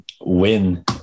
win